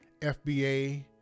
FBA